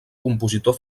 compositor